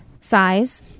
Size